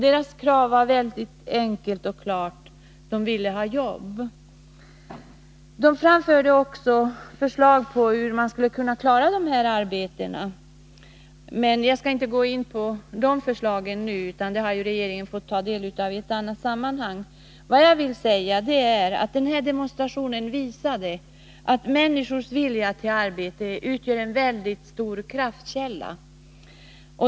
Deras krav var mycket enkelt och klart: de vill ha jobb. Det framfördes också förslag på hur man skulle kunna ordna dessa arbeten. Jag skall inte nu gå in på dessa förslag, då regeringen har fått ta del av dem i annat sammanhang. Denna demonstration visade att människors vilja till arbete utgör en mycket stor kraftkälla.